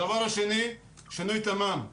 הדבר השני הוא שינוי תמ"מ,